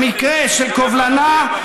במקרה של קובלנה,